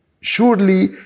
Surely